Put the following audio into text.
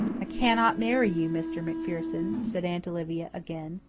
i cannot marry you, mr. macpherson, said aunt olivia again.